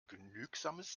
genügsames